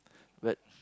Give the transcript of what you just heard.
but